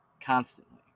constantly